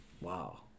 Wow